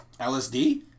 LSD